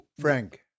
Frank